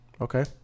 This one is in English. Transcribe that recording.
Okay